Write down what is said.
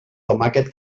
tomàquet